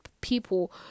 people